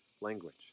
language